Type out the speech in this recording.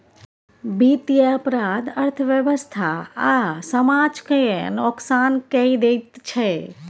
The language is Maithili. बित्तीय अपराध अर्थव्यवस्था आ समाज केँ नोकसान कए दैत छै